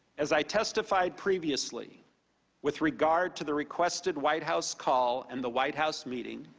as i testified previously with regard to the requested white house call and the white house meeting,